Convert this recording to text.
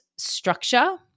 structure